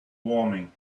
warming